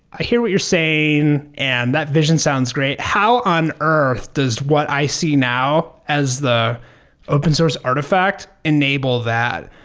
i hear what you're saying and that vision sounds great. how on earth does what i see now as the open source artifact enable that?